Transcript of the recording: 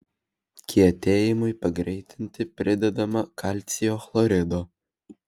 kietėjimui pagreitinti pridedama kalcio chlorido